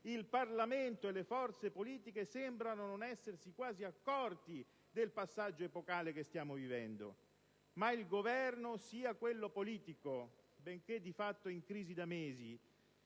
il Parlamento e le forze politiche sembrano non essersi quasi accorti del passaggio epocale che stiamo vivendo. Ma il Governo, sia quello politico, benché di fatto in crisi da mesi,